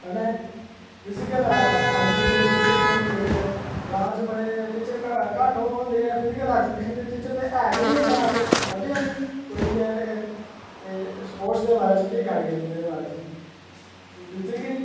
कन्नै physical education दे teacher बी होने चाहिदे ग्रांऽ च बड़े टीचर घट्ट होंदे न फिजीकल ऐजुकेशन दे टीचर ते ऐ गै निं ग्रांऽ च लब्भेआ निं कोई अजें तकर स्पर्टस दे बारे च केह् गल्ल करनी नोआड़े बारै च कोई टीचर गै निं